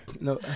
no